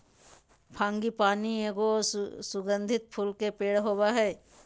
frangipani एगो सुगंधित फूल के पेड़ होबा हइ